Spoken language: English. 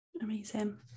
Amazing